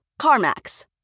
CarMax